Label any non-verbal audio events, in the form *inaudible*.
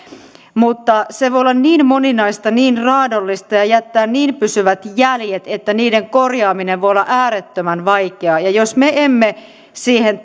mutta se voi olla niin moninaista niin raadollista ja jättää niin pysyvät jäljet että niiden korjaaminen voi olla äärettömän vaikeaa ja jos me emme siihen *unintelligible*